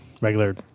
regular